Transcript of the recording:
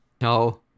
No